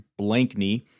Blankney